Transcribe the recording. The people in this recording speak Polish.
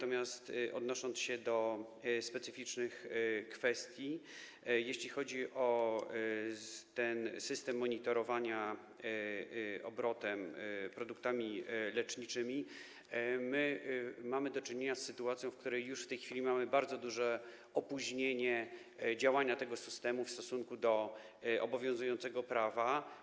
Odnosząc się do specyficznych kwestii, jeśli chodzi o ten system monitorowania obrotu produktami leczniczymi, chciałbym powiedzieć, że mamy do czynienia z sytuacją, w której już w tej chwili mamy bardzo duże opóźnienie działania tego systemu w stosunku do obowiązującego prawa.